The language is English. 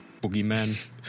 boogeyman